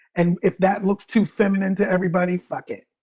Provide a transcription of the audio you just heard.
and if that looks too feminine to everybody, fuck it.